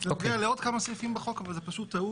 זה נוגע לעוד כמה סעיפים בחוק, אבל זו טעות